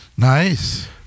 Nice